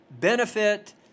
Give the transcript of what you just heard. benefit